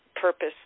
purpose